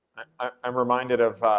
i'm reminded of,